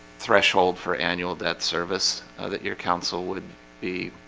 threshold for annual debt service that your counsel would be?